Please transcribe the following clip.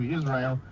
Israel